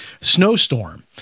snowstorm